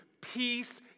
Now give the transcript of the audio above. peace